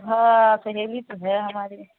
ہاں سہیلی تو ہے ہماری